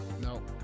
No